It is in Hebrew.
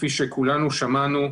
כפי שכולנו שמענו,